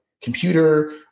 computer